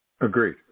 Agreed